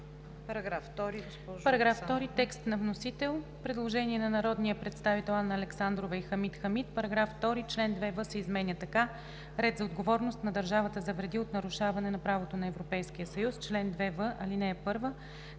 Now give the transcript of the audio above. Параграф 2 – текст на вносител. Предложение от народните представители Анна Александрова и Хамид Хамид: „§ 2. Член 2в се изменя така: „Ред за отговорност на държавата за вреди от нарушаване на правото на Европейския съюз“: Чл. 2в (1)